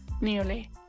nearly